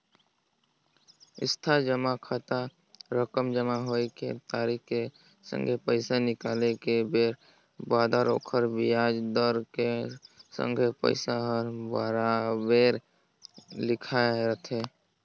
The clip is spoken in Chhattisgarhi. इस्थाई जमा खाता रकम जमा होए के तारिख के संघे पैसा निकाले के बेर बादर ओखर बियाज दर के संघे पइसा हर बराबेर लिखाए रथें